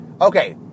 Okay